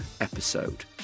episode